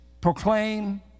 proclaim